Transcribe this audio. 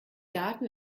daten